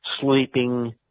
sleeping